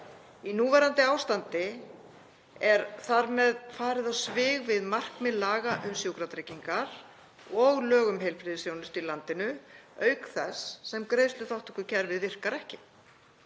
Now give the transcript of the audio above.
Í núverandi ástandi er þar með farið á svig við markmið laga um sjúkratryggingar og lög um heilbrigðisþjónustu í landinu auk þess sem greiðsluþátttökukerfið virkar ekki.